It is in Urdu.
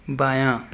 بایاں